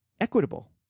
equitable